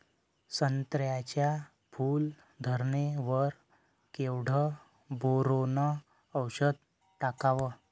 संत्र्याच्या फूल धरणे वर केवढं बोरोंन औषध टाकावं?